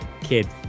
kid